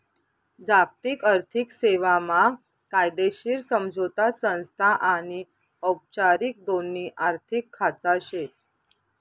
जागतिक आर्थिक सेवा मा कायदेशीर समझोता संस्था आनी औपचारिक दोन्ही आर्थिक खाचा शेत